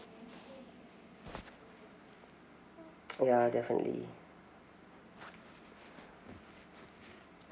ya definitely